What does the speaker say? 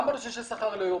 גם בנושא של שכר ליום.